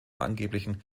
angeblichen